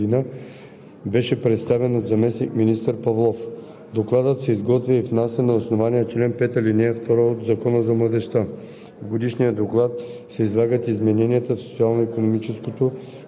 Милена Андреева, директор на дирекция „Младежки политики“ в Министерство на младежта и спорта. Годишният доклад за младежта за 2019 г. беше представен от заместник-министър Николай